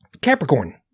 Capricorn